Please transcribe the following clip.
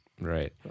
right